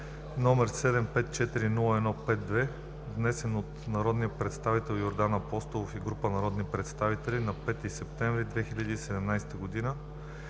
№ 754-01-52, внесен от народния представител Йордан Апостолов и група народни представители на 5 септември 2017 г.;